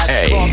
Hey